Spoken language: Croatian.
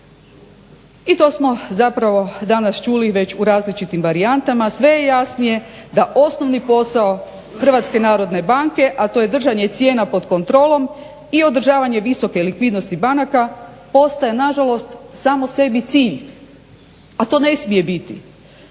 I to smo zapravo danas čuli već u različitim varijantama. Sve je jasnije da osnovni posao HNB-a, a to je držanje cijena pod kontrolom i održavanje visoke likvidnosti banaka postaje nažalost samo sebi cilj, a to ne smije biti.